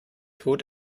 tod